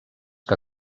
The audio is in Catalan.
que